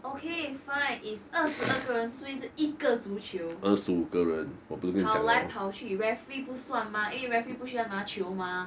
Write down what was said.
okay fine is 二十二个人追着一个足球跑来跑去:er shi er ge ren zhuii zhe yi ge zu qiu pao lai pao qu referee 不算 mah 因为 referee 不需要拿球 mah